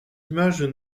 images